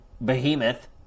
behemoth